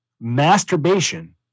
masturbation